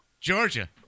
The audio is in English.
Georgia